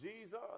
Jesus